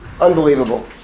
Unbelievable